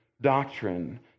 doctrine